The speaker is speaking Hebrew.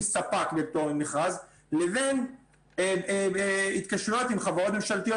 ספק בפטור ממכרז לבין התקשרויות עם חברות ממשלתיות,